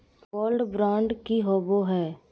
Gold bond की होबो है?